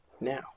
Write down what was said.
now